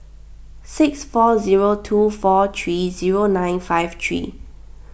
six four zero two four three zero nine five three